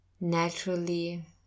naturally